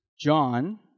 John